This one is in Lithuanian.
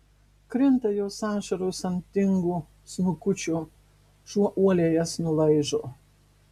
krinta jos ašaros ant tingo snukučio šuo uoliai jas nulaižo